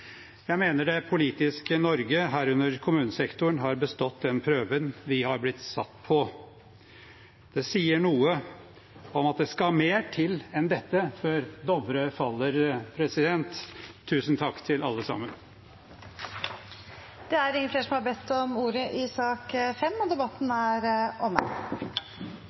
Jeg mener det politiske Norge, herunder kommunesektoren, har bestått den prøven vi har blitt satt på. Det sier noe om at det skal mer til enn dette før Dovre faller. Tusen takk til alle sammen! Flere har ikke bedt om ordet til sak nr. 5. Etter ønske fra finanskomiteen vil presidenten ordne debatten